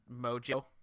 Mojo